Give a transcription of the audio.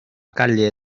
calle